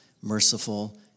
merciful